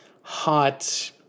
hot